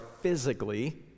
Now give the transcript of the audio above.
physically